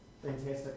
Fantastic